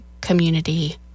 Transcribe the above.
community